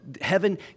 heaven